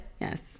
Yes